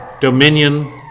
dominion